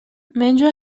menjo